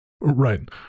Right